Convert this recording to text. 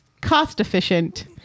cost-efficient